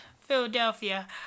Philadelphia